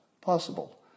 possible